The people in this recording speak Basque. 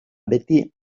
beti